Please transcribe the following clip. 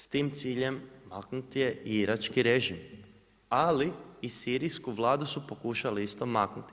S tim ciljem maknut je i irački režim, ali i Sirijsku Vladu su pokušali isto maknuti.